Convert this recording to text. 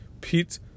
Pete